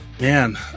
man